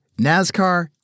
NASCAR